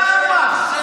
למה?